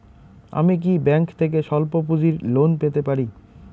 আমি কি ব্যাংক থেকে স্বল্প পুঁজির লোন পেতে পারি?